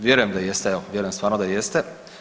Vjerujem da jeste, evo vjerujem stvarno da jeste.